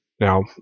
Now